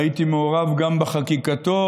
שהייתי מעורב גם בחקיקתו,